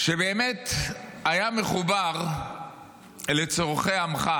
והוא באמת היה מחובר לצורכי עמך,